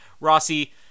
Rossi